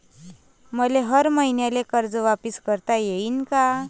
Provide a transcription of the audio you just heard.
मले हर मईन्याले कर्ज वापिस करता येईन का?